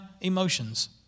emotions